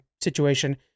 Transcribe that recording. situation